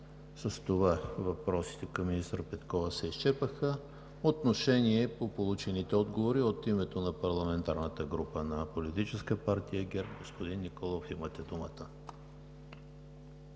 С това въпросите към министър Петкова се изчерпаха. Отношение по получените отговори от името на парламентарната група на Политическа партия ГЕРБ. Господин Николов, имате думата.